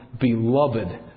beloved